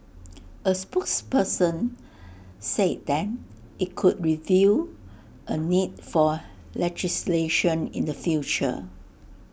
A spokesperson say then IT could review A need for legislation in the future